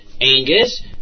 Angus